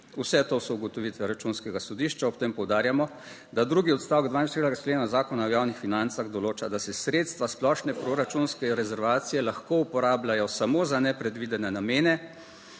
Vse to so ugotovitve računskega sodišča. Ob tem poudarjamo, da drugi odstavek 42. člena Zakona o javnih financah določa, da se sredstva splošne proračunske rezervacije lahko uporabljajo samo za nepredvidene namene,